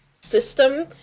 system